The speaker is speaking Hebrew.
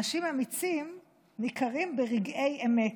אנשים אמיצים ניכרים ברגעי אמת.